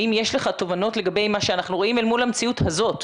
האם יש לך תובנות לגבי מה שאנחנו רואים אל מול המציאות הזאת?